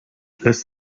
lässt